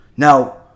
now